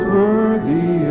worthy